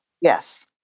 Yes